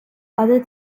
other